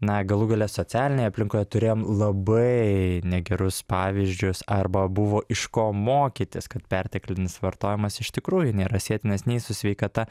na galų gale socialinėje aplinkoje turėjom labai negerus pavyzdžius arba buvo iš ko mokytis kad perteklinis vartojimas iš tikrųjų nėra sietinas nei su sveikata